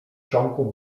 ciągu